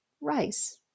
rice